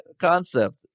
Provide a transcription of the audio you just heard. concept